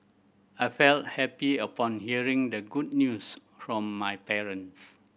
I felt happy upon hearing the good news from my parents